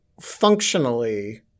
functionally